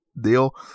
deal